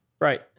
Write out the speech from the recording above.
Right